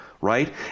Right